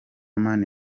mani